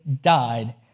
died